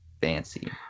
Fancy